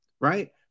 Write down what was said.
right